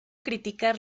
criticar